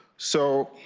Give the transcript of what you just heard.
so,